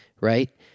right